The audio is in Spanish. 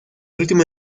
último